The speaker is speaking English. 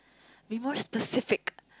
be more specific